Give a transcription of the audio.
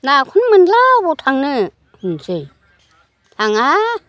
नाखौनो मोनला बबाव थांनो होननोसै थाङा